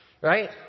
right